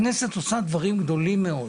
הכנסת עושה דברים גדולים מאוד,